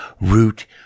root